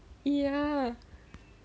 ya